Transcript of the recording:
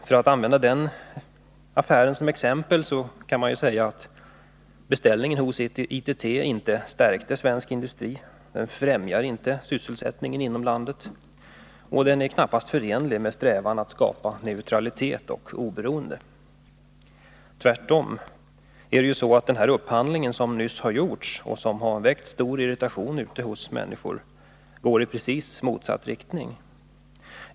För att använda den affären som exempel kan man säga att beställningen hos ITT inte stärkte svensk industri, inte främjar sysselsättningen inom landet och knappast är förenlig med strävandena till neutralitet och oberoende. Tvärtom. Den upphandling hos ITT som just har gjorts och som väckt stor irritation hos människor verkar i precis motsatt riktning.